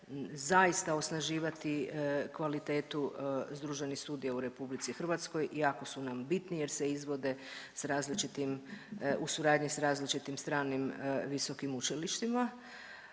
zaista osnaživati kvalitetu združenih studija u Republici Hrvatskoj. Jako su nam bitni jer se izvode sa različitim, u suradnji sa različitim stranim visokim učilištima.